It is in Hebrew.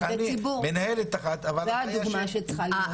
מנהלת אחת --- והדוגמה שצריכה להיות,